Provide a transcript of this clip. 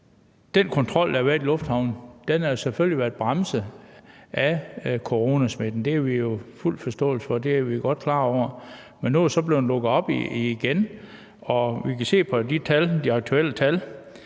den kontrol, der har været i lufthavnen, selvfølgelig har været bremset af coronasmitten, og det har vi fuld forståelse for, det er vi godt klar over, men nu er der så blevet lukket op igen, og vi kan se på de aktuelle tal,